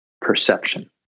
perception